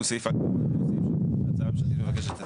סעיף ההגדרות שההצעה הממשלתית מבקשת לתקן.